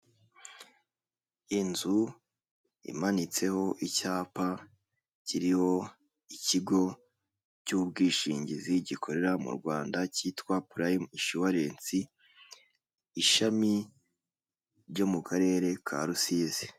Inzu imanitseho icyapa kiriho ikigo cy'ubwishingizi gikorera mu Rwanda cyitwa purayime ishuwarensi, ishami ryo mu karere ka Rusizi.